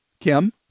Kim